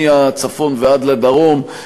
מהצפון ועד לדרום,